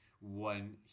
one